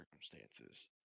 circumstances